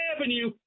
Avenue